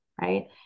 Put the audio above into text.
right